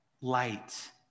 light